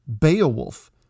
Beowulf